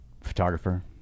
photographer